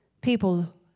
People